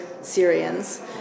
Syrians